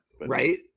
Right